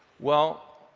well,